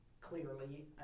clearly